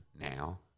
now